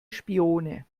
spione